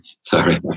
Sorry